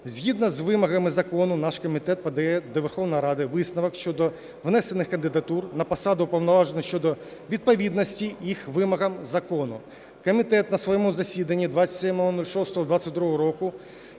Згідно з вимогами закону наш комітет подає до Верховної Ради висновок щодо внесених кандидатур на посаду Уповноваженого щодо відповідності їх вимогам закону. Комітет на своєму засідання 27.06.2022 року